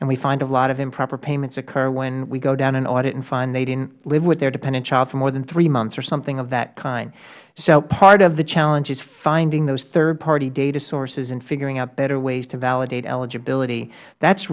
and we find a lot of improper payments occur when we go down an audit and find they didn't live with their dependent child for more than three months or something of that kind so part of the challenge is finding those third party data sources and figuring out better ways to validate eligibility that